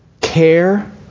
care